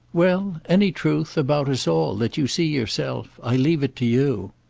well, any truth about us all that you see yourself. i leave it to you.